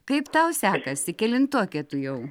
kaip tau sekasi kelintokė tu jau